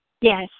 Yes